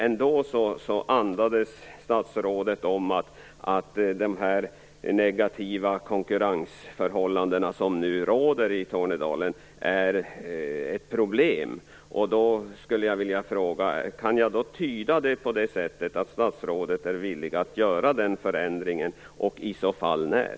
Ändå andades statsrådet om att de negativa konkurrensförhållanden som nu råder i Tornedalen är ett problem. Då skulle jag vilja fråga: Kan jag tyda det på så sätt att statsrådet är villig att göra den här förändringen och i så fall när?